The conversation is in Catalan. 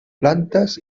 plantes